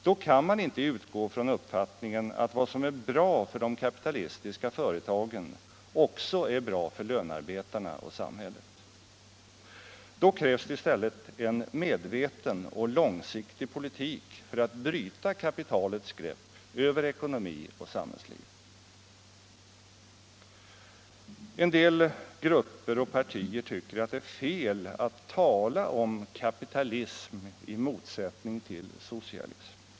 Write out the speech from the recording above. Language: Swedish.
Då kan man inte utgå från uppfattningen att vad som är bra för de kapitalistiska företagen också är bra för lönarbetarna och samhället. Då krävs det i stället en medveten och långsiktig politik för att bryta kapitalets grepp över ekonomi och samhällsliv. En del grupper och partier tycker att det är fel att tala om kapitalism i motsättning till socialism.